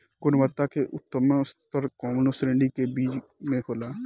गुणवत्ता क उच्चतम स्तर कउना श्रेणी क बीज मे होला?